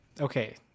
Okay